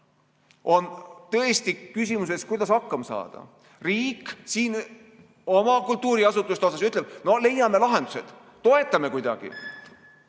on tõesti küsimuse ees, kuidas hakkama saada. Riik siin oma kultuuriasutuste kohta ütleb, et no leiame lahendused, toetame kuidagi.